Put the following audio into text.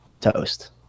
toast